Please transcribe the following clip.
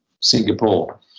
Singapore